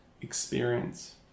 experience